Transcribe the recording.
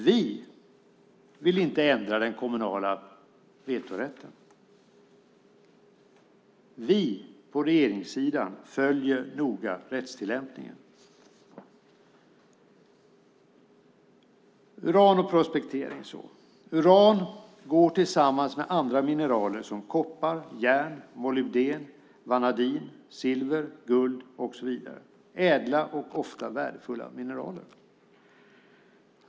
Vi vill inte ändra den kommunala vetorätten. Vi på regeringssidan följer noga rättstillämpningen. Så till uran och prospektering. Uran går tillsammans med andra mineraler som koppar, järn, molybden, vanadin, silver, guld och så vidare. Det är ädla och ofta värdefulla mineraler.